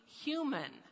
human